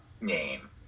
name